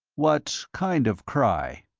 what kind of cry?